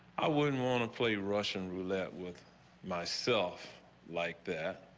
i would and want to play russian roulette with myself like that.